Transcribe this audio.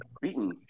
beaten